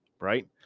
right